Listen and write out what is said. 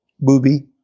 Booby